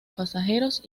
pasajeros